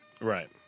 Right